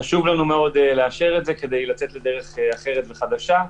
חשוב לנו מאוד לאשר את זה כדי לצאת לדרך אחרת וחדשה.